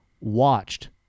watched